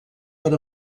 per